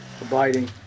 abiding